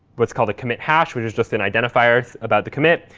what's called a commit hash, which is just an identifier about the commit.